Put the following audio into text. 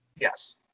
Yes